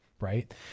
right